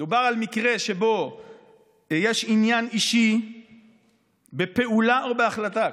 מדובר על מקרה שבו יש עניין אישי בפעולה או בהחלטה,